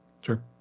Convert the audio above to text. Sure